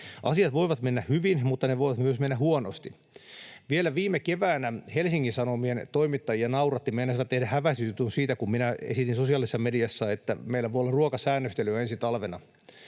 Asiat voivat mennä hyvin, mutta ne voivat myös mennä huonosti. Vielä viime keväänä Helsingin Sanomien toimittajia nauratti, meinasivat tehdä häväistysjutun siitä, kun minä esitin sosiaalisessa mediassa, että meillä voi olla ruokasäännöstelyä ensi talvena.